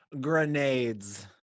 grenades